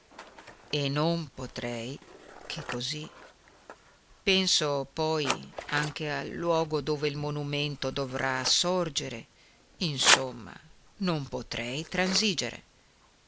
e non potrei che così penso poi anche al luogo dove il monumento dovrà sorgere insomma non potei transigere